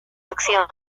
acción